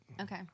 Okay